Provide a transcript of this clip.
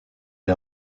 est